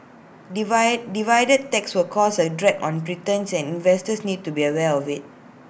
divide dividend taxes will cause A drag on returns and investors need to be aware of IT